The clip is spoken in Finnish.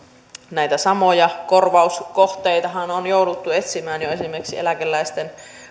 näitä samoja korvauskohteitahan on on jouduttu etsimään jo esimerkiksi eläkeläisten